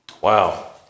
Wow